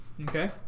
Okay